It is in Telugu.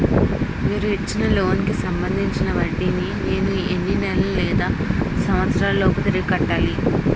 మీరు ఇచ్చిన లోన్ కి సంబందించిన వడ్డీని నేను ఎన్ని నెలలు లేదా సంవత్సరాలలోపు తిరిగి కట్టాలి?